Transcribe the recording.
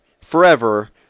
forever